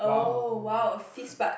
!wow!